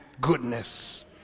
goodness